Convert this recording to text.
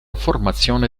formazione